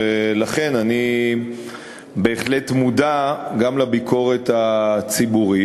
ולכן אני בהחלט מודע גם לביקורת הציבורית.